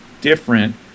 different